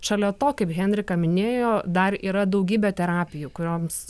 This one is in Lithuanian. šalia to kaip henrika minėjo dar yra daugybė terapijų kurioms